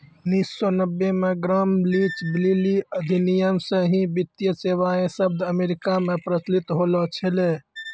उन्नीस सौ नब्बे मे ग्राम लीच ब्लीली अधिनियम से ही वित्तीय सेबाएँ शब्द अमेरिका मे प्रचलित होलो छलै